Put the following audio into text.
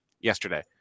yesterday